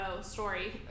story